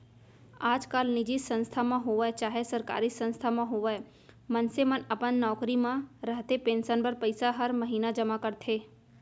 आजकाल निजी संस्था म होवय चाहे सरकारी संस्था म होवय मनसे मन अपन नौकरी म रहते पेंसन बर पइसा हर महिना जमा करथे